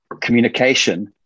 communication